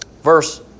Verse